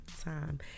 time